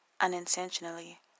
Unintentionally